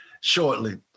shortly